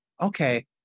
okay